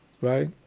right